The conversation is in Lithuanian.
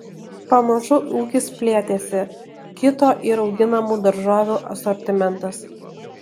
pamažu ūkis plėtėsi kito ir auginamų daržovių asortimentas